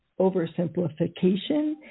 oversimplification